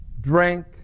drink